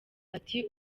ati